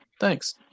Thanks